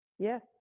Yes